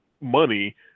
money